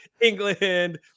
England